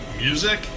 Music